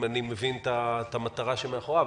אם אני מבין את המטרה שמאחוריו,